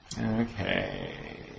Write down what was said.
Okay